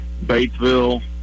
Batesville